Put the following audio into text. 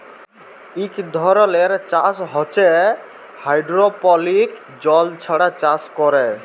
ইক ধরলের চাষ হছে হাইডোরোপলিক্স জল ছাড়া চাষ ক্যরে